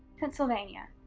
pennsylvania,